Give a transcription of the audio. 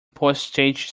postage